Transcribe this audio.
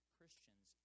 Christians